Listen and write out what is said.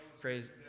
Praise